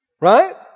Right